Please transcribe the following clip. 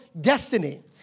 destiny